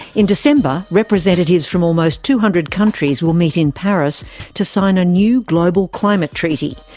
in december, representatives from almost two hundred countries will meet in paris to sign a new global climate treaty.